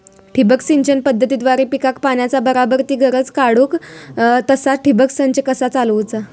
ठिबक सिंचन पद्धतीद्वारे पिकाक पाण्याचा बराबर ती गरज काडूक तसा ठिबक संच कसा चालवुचा?